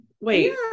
wait